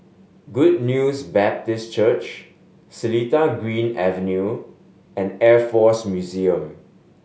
Good News Baptist Church Seletar Green Avenue and Air Force Museum